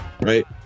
right